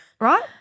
Right